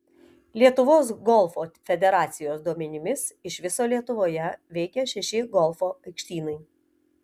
lietuvos golfo federacijos duomenimis iš viso lietuvoje veikia šeši golfo aikštynai